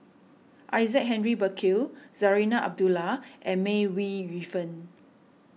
Isaac Henry Burkill Zarinah Abdullah and May Ooi Yu Fen